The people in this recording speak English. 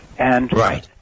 Right